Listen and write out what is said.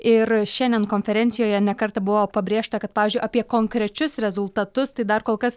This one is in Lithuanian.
ir šiandien konferencijoje ne kartą buvo pabrėžta kad pavyzdžiui apie konkrečius rezultatus tai dar kol kas